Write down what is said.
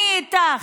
אני איתך.